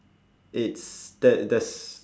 it's that there's